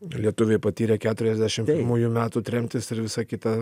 lietuviai patyrė keturiasdešim pirmųjų metų tremtis ir visa kita